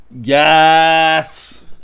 Yes